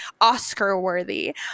Oscar-worthy